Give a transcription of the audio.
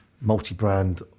multi-brand